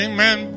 Amen